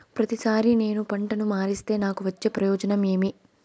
ప్రతిసారి నేను పంటను మారిస్తే నాకు వచ్చే ప్రయోజనం ఏమి?